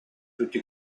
tutti